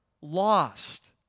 lost